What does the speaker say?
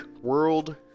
World